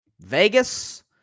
Vegas